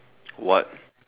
what